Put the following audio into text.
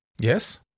Yes